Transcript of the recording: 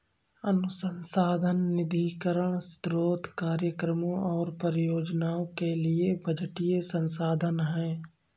अनुसंधान निधीकरण स्रोत कार्यक्रमों और परियोजनाओं के लिए बजटीय संसाधन है